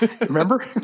Remember